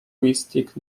linguistic